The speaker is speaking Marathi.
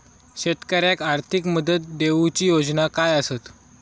शेतकऱ्याक आर्थिक मदत देऊची योजना काय आसत?